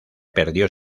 perdió